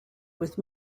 with